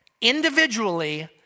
individually